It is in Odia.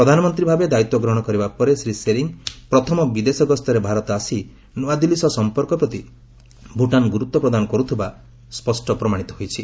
ପ୍ରଧାନମନ୍ତ୍ରୀ ଭାବେ ଦାୟିତ୍ୱ ଗ୍ରହଣ କରିବା ପରେ ଶ୍ରୀ ଶେରି ପ୍ରଥମ ବିଦେଶ ଗସ୍ତରେ ଭାରତ ଆସିଥିବାରୁ ନୂଆଦିଲ୍ଲୀ ସହ ସଂପର୍କ ପ୍ରତି ଭୁଟାନ ଗୁରୁତ୍ୱ ପ୍ରଦାନ କରୁଥିବା ଏଥିରୁ ସ୍ୱଷ୍ଟ ପ୍ରମାଣିତ ହୋଇଛି